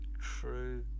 true